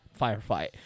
firefight